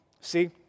See